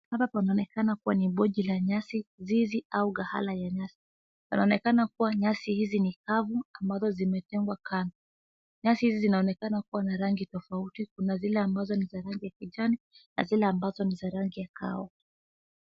Hapa panaonekana kuwa ni boji la nyasi, zizi au gahala la nyasi. Panaonekana kuwa nyasi hizi ni kavu ambazo zimetengwa kando. Nyasi hizi zinaonekana kuwa na za rangi tofauti, kuna zile za kijani na kuna zile za kahawa.